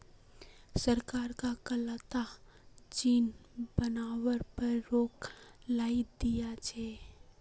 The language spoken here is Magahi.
सरकार कं कताला चीज बनावार पर रोक लगइं दिया छे